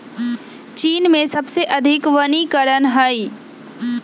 चीन में सबसे अधिक वनीकरण हई